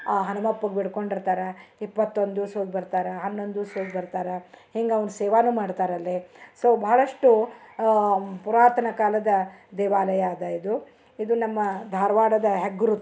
ಆ ಹನುಮಪ್ಪಗ ಬೇಡ್ಕೊಂಡಿರ್ತಾರ ಇಪ್ಪತ್ತೊಂದು ದಿವ್ಸದ ಬರ್ತಾರ ಹನ್ನೊಂದು ದಿವ್ಸದ ಬರ್ತಾರ ಹಿಂಗೆ ಅವ್ನ ಸೇವಾನು ಮಾಡ್ತಾರಲ್ಲಿ ಸೊ ಭಾಳಷ್ಟು ಪುರಾತನ ಕಾಲದ ದೇವಾಲಯ ಅದ ಇದು ಇದು ನಮ್ಮ ಧಾರವಾಡದ ಹೆಗ್ಗುರುತು ಇದು